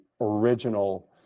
original